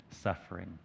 suffering